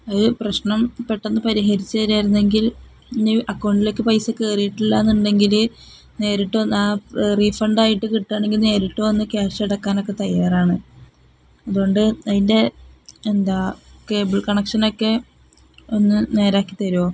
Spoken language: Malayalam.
അതു പ്രശ്നം പെട്ടെന്നു പരിഹരിച്ചു തരാമായിരുന്നു എങ്കിൽ ഇനി അക്കൗണ്ടിലേക്ക് പൈസ കയറിട്ടില്ല എന്നുണ്ടെങ്കില് നേരിട്ടു തന്നെ ആ റീഫണ്ടായിട്ടു കിട്ടുകയാണെങ്കില് നേരിട്ടു വന്ന് ക്യാഷ് അടയ്ക്കാനൊക്കെ തയ്യാറാണ് അതുകൊണ്ട് അതിൻ്റെ എന്താണ് കേബിൾ കണക്ഷനൊക്കെ ഒന്നു നേരെയാക്കിത്തരുമോ